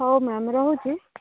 ହଉ ମ୍ୟାମ୍ ରହୁଛି